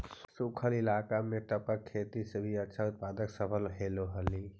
सूखल इलाका में टपक खेती से भी अच्छा उत्पादन सम्भव होले हइ